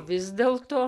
vis dėl to